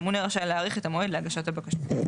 הממונה רשאי להאריך את המועד להגשת הבקשות.